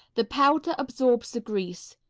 the powder absorbs the grease.